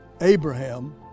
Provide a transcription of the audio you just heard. Abraham